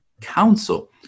council